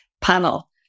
panel